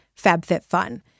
FabFitFun